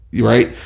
right